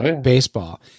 baseball